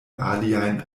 aliajn